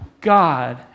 God